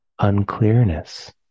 unclearness